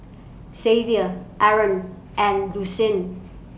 Xavier Aron and Lucien